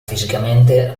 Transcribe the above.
fisicamente